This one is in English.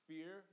Fear